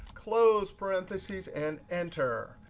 close parentheses and enter.